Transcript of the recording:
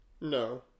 No